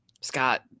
Scott